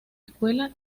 escuela